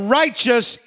righteous